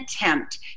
attempt